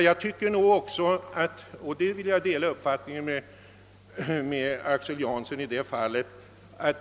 Jag delar herr Janssons uppfattning att man inte vunnit så särskilt